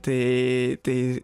tai tai